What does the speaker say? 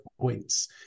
points